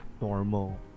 normal